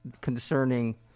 concerning